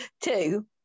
two